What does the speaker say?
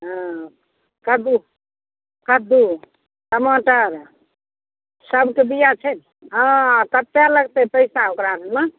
हँ कद्दू कद्दू टमाटर सबके बिया छै हँ कत्ते लगतै पैसा ओकरा बेरमे